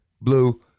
blue